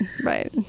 Right